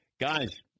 guys